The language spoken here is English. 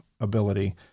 ability